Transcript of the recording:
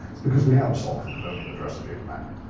it's because we had a soc that could only address a gig of memory,